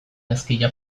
ezkila